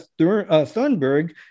Thunberg